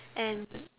and